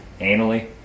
Anally